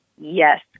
Yes